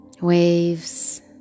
waves